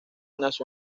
nació